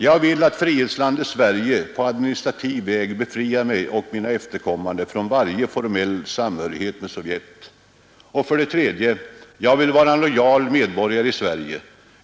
Jag vill att frihetslandet Sverige på administrativ väg befriar mig och mina efterkommande från varje formell samhörighet med Sovjet. Jag vill vara lojal medborgare i Sverige.